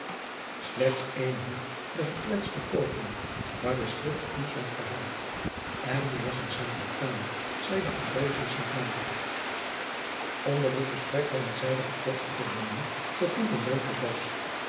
slechts één hielp den gekwetsten koopman waar de schrift ons van verhaalt en die was een samaritaan zeide ambrosius met nadruk onder dit gesprek hadden zij den gekwetste verbonden zoo goed hun mogelijk was